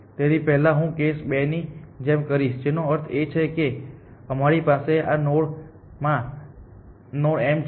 તેથી પહેલા હું કેસ ૨ ની જેમ કરીશ જેનો અર્થ એ છે કે અમારી પાસે આ નોડ માં આ નોડ m છે